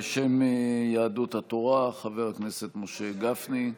בשם יהדות התורה, חבר הכנסת משה גפני,